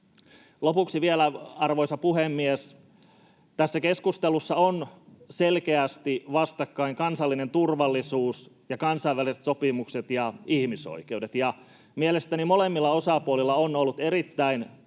Lopuksi vielä, arvoisa puhemies: Tässä keskustelussa ovat selkeästi vastakkain kansallinen turvallisuus ja kansainväliset sopimukset ja ihmisoikeudet, ja mielestäni molemmilla osapuolilla on ollut erittäin